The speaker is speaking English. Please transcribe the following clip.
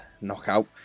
knockout